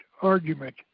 argument